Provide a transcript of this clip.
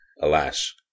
Alas